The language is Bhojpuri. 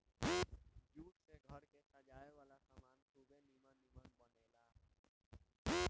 जूट से घर के सजावे वाला सामान खुबे निमन निमन बनेला